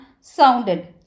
sounded